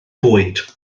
fwyd